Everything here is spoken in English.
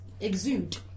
exude